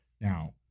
Now